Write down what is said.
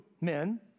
men